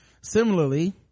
similarly